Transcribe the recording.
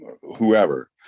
whoever